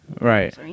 right